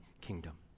kingdom